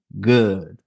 good